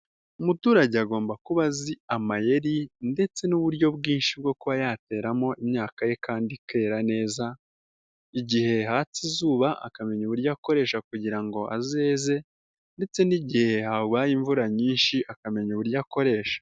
Umuturage agomba kuba azi amayeri ndetse n'uburyo bwinshi bwo kuba yateramo imyaka ye kandi ikera neza, igihe ya hatse izuba akamenya uburyo akoresha kugira ngo azeze ndetse n'igihe hagwa imvura nyinshi akamenya uburyo akoresha.